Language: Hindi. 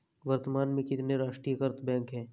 वर्तमान में कितने राष्ट्रीयकृत बैंक है?